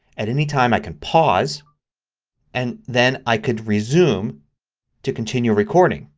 at any time i can pause and then i can resume to continue recording.